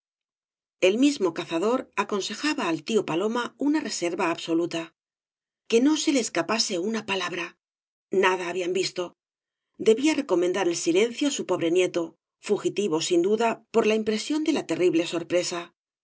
eí mismo cazador aconsejaba al tío paloma uaa reserva absoluta que no se le escapase una palabral nada habían visto debía recomendar el silencio á su pobre nieto fugitivo sin duda por la impresión de la terrible sorpresa el